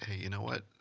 you know what?